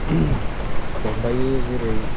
दंबावो जेरै